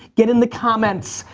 get in the comments.